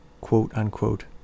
quote-unquote